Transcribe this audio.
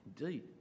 Indeed